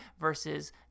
versus